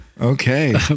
okay